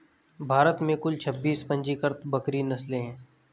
भारत में कुल छब्बीस पंजीकृत बकरी नस्लें हैं